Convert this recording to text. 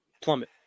Plummet